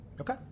Okay